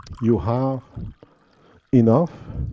you have enough